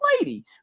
lady